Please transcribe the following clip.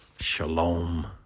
Shalom